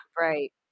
Right